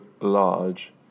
large